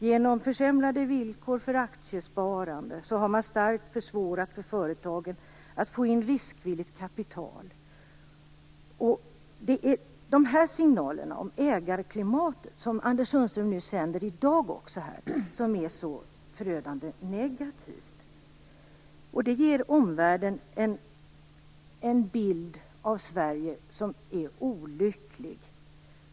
Genom försämrade villkor för aktiesparande har man starkt försvårat för företagen att få in riskvilligt kapital. Det är dessa signaler om ägarklimatet som Anders Sundström sänder även här i dag som är så förödande negativa. De ger omvärlden en bild av Sverige som är olycklig.